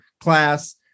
class